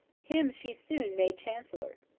him she soon made chancellor.